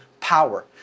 power